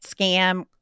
scam